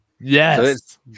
Yes